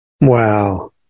Wow